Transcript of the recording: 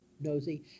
nosy